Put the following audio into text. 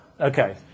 Okay